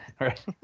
Right